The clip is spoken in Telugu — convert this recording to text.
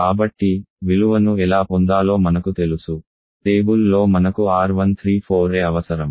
కాబట్టి విలువను ఎలా పొందాలో మనకు తెలుసు టేబుల్ లో మనకు R134a అవసరం